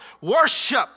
Worship